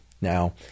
Now